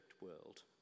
world